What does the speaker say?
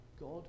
God